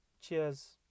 Cheers